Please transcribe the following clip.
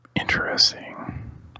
Interesting